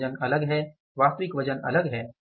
मानक वजन अलग है वास्तविक वजन अलग है